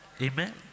Amen